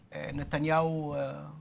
Netanyahu